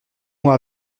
moi